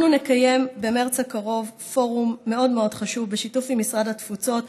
אנחנו נקיים במרס הקרוב פורום מאוד מאוד חשוב בשיתוף עם משרד התפוצות,